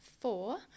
four